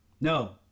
No